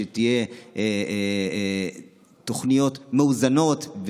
שתהיינה תוכניות מאוזנות,